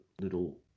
little